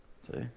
see